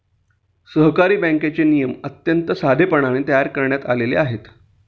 सहकारी बँकेचे नियम अत्यंत साधेपणाने तयार करण्यात आले आहेत